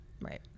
Right